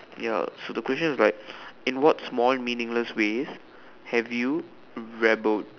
ya so the question is like in what small meaningless ways have you rebelled